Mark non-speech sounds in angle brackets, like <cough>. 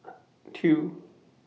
<noise> two